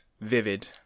vivid